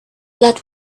let